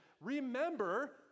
Remember